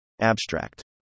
Abstract